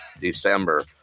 December